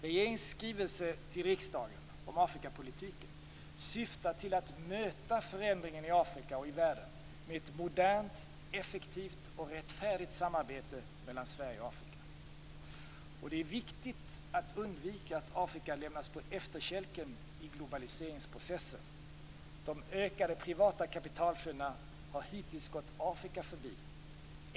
Regeringens skrivelse till riksdagen om Afrikapolitiken syftar till att möta förändringen i Afrika och i världen med ett modernt, effektivt och rättfärdigt samarbete mellan Sverige och Afrika. Det är viktigt att undvika att Afrika lämnas på efterkälken i globaliseringsprocessen. De ökade privata kapitalflödena har hittills gått Afrika förbi.